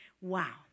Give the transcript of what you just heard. Wow